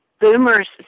Boomer's